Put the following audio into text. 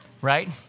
right